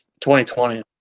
2020